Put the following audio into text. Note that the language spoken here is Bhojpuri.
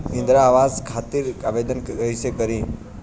इंद्रा आवास खातिर आवेदन कइसे करि?